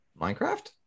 Minecraft